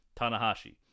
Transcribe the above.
Tanahashi